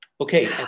Okay